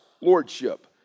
lordship